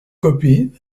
copine